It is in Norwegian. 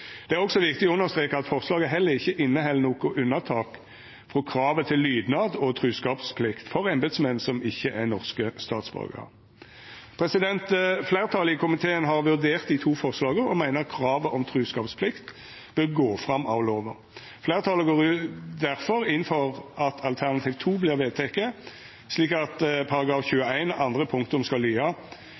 Det er også viktig å understreka at forslaget heller ikkje inneheld noko unnatak frå kravet til lydnad og truskapsplikt for embetsmenn som ikkje er norske statsborgarar. Fleirtalet i komiteen har vurdert dei to forslaga og meiner at kravet om truskapsplikt bør gå fram av lova. Fleirtalet går difor inn for at alternativ 2 vert vedteke, slik at § 21 andre punktum skal lyda: